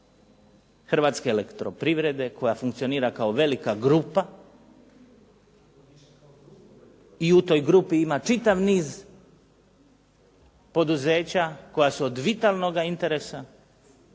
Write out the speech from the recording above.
Hrvatske elektroprivrede koja funkcionira kao velika grupa i u toj grupi ima čitav niz poduzeća koja su od vitalnoga interesa